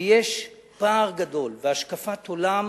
ויש פער גדול והשקפת עולם